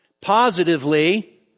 Positively